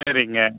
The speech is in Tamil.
சரிங்க